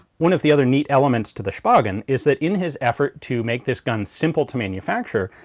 one of the other need elements to the shpagin is that in his effort to make this gun simple to manufacture,